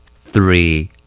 three